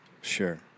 Sure